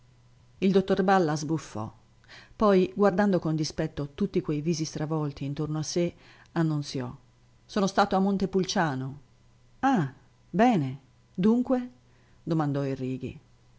il dottor balla sbuffò poi guardando con dispetto tutti quei visi stravolti intorno a sé annunziò sono stato a montepulciano ah bene dunque domandò il righi